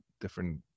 different